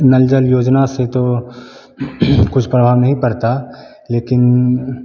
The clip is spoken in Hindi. नल जल योजना से तो कुछ प्रभाव नहीं पड़ता लेकिन